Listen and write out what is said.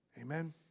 Amen